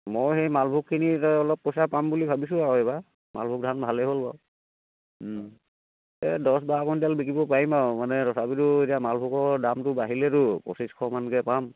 মই সেই মালভোগখিনিত অলপ পইচা পাম বুলি ভাবিছোঁ আৰু এইবাৰ মালভোগ ধান ভালেই হ'ল বাৰু এই দছ বাৰ কুইণ্টেল বিকিব পাৰিম আৰু মানে তথাপিতো এতিয়া মালভোগৰ দামটো বাঢ়িলেতো পঁচিছশমানকৈ পাম